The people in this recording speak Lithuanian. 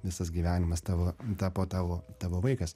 visas gyvenimas tavo tapo tavo tavo vaikas